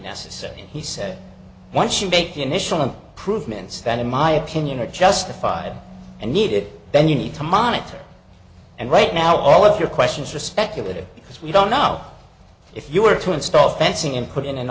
necessary and he said once you make the initial and prove men stand in my opinion are justified and needed then you need to monitor and right now all of your questions are speculative because we don't know if you were to install fencing and put in an